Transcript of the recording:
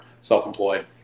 self-employed